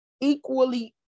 equally